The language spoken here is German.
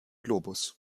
globus